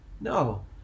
No